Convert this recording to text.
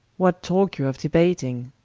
what talke you of debating?